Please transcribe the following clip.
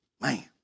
Man